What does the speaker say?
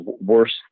worse